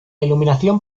iluminación